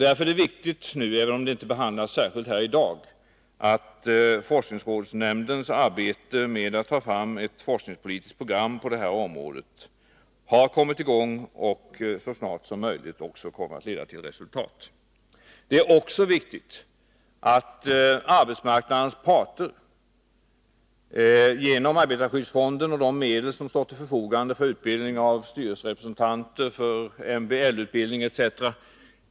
Därför är det nu viktigt, även om den frågan inte behandlats särskilt här i dag, att forskningsrådsnämndens arbete med att ta fram ett forskningspolitiskt program på detta område har kommit i gång och så snart som möjligt också kommer att leda till resultat. Det är också viktigt att arbetsmarknadens parter genom arbetarskyddsfonden och de medel som står till förfogande för utbildning av styrelserepresentanter, för MBL-utbildning etc.